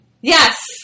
Yes